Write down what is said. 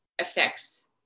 affects